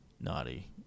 naughty